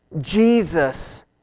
Jesus